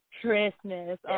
Christmas